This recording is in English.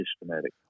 systematic